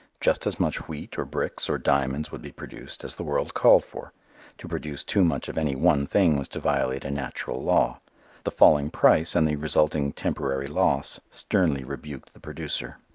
just as much wheat or bricks or diamonds would be produced as the world called for to produce too much of any one thing was to violate a natural law the falling price and the resulting temporary loss sternly rebuked the producer.